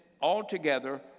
Altogether